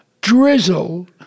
Drizzle